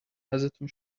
ازتون